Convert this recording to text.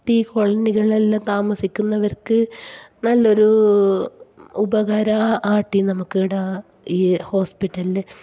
S T കോളനികളിലെല്ലാം താമസിക്കുന്നവർക്ക് നല്ലൊരു ഉപകാരം ആവട്ടെ നമുക്ക് ഇവിടെ ഈ ഹോസ്പിറ്റൽ